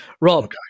Rob